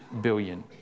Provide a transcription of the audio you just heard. billion